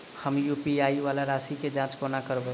हम यु.पी.आई वला राशि केँ जाँच कोना करबै?